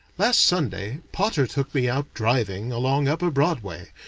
last sunday, potter took me out driving along upper broadway,